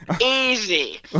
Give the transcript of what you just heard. Easy